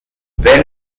wenn